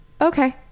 Okay